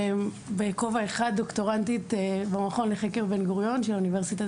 בכובע אחד אני דוקטורנטית במכון לחקר בן גוריון של אוניברסיטת